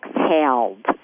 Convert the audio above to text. exhaled